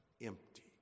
empty